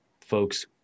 folks